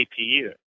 APU